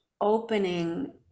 opening